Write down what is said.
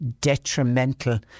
detrimental